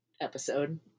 episode